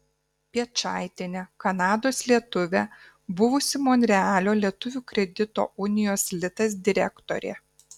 piečaitienė kanados lietuvė buvusi monrealio lietuvių kredito unijos litas direktorė